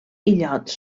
illots